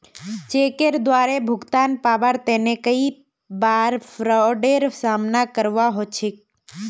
चेकेर द्वारे भुगतान पाबार तने कई बार फ्राडेर सामना करवा ह छेक